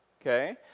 okay